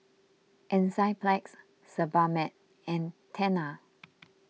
Enzyplex Sebamed and Tena